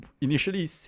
initially